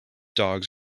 dogs